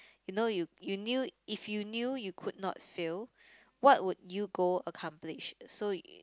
you know you you knew if you knew you could not fail what would you go accomplish so you